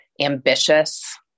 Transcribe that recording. ambitious